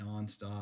nonstop